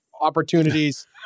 opportunities